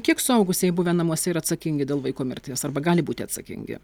kiek suaugusieji buvę namuose yra atsakingi dėl vaiko mirties arba gali būti atsakingi